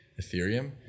Ethereum